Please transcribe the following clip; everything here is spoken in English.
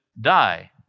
die